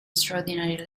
extraordinary